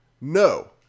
No